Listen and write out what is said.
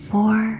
Four